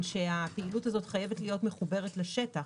שהפעילות הזאת חייבת להיות מחוברת לשטח.